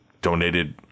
donated